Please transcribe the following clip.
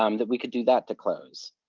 um that we could do that to close.